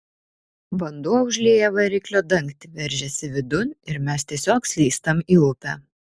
vanduo užlieja variklio dangtį veržiasi vidun ir mes tiesiog slystam į upę